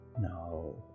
No